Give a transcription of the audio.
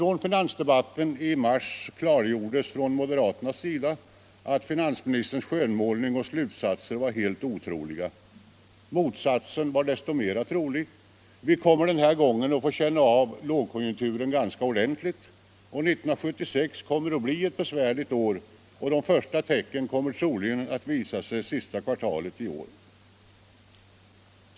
I finansdebatten i mars klargjordes från moderaternas sida att finansministerns skönmålning och slutsatser var helt otroliga. Motsatsen var desto mera trolig — vi kommer den här gången att få känna av lågkonjunkturen ganska ordentligt. 1976 kommer att bli ett besvärligt år, och de första tecknen kommer sannolikt att visa sig under sista kvartalet.